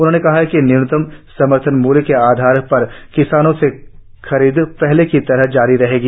उन्होंने कहा कि न्यूनतम समर्थन मूल्य के आधार पर किसानों से खरीद पहले की तरह जारी रहेगी